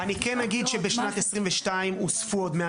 היא אומרת שזה --- אבל שלא יהיו יתרות.